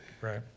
Right